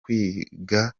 kwiga